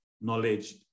knowledge